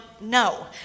no